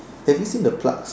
have you seen the plugs